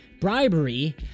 bribery